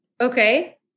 Okay